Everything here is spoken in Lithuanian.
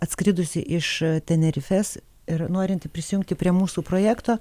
atskridusi iš tenerifės ir norinti prisijungti prie mūsų projekto